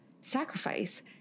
sacrifice